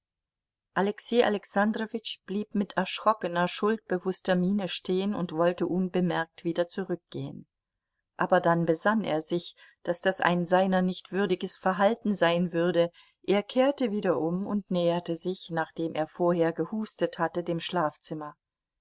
alexei alexandrowitsch blieb mit erschrockener schuldbewußter miene stehen und wollte unbemerkt wieder zurückgehen aber dann besann er sich daß das ein seiner nicht würdiges verhalten sein würde er kehrte wieder um und näherte sich nachdem er vorher gehustet hatte dem schlafzimmer